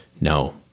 No